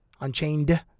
Unchained